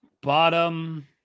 Bottom